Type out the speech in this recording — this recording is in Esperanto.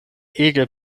ege